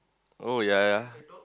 oh ya ya